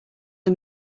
are